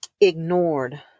ignored